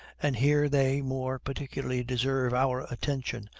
and here they more particularly deserve our attention,